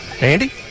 Andy